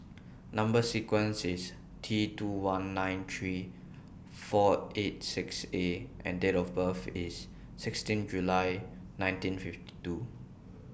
Number sequence IS T two one nine three four eight six A and Date of birth IS sixteen July nineteen fifty two